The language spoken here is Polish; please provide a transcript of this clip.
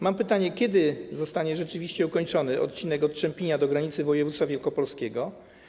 Mam pytanie: Kiedy zostanie rzeczywiście ukończony odcinek od Czempinia do granicy województwa wielkopolskiego?